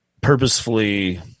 purposefully